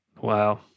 Wow